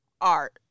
art